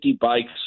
bikes